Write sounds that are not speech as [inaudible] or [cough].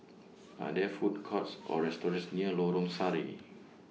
[noise] Are There Food Courts Or restaurants near Lorong Sari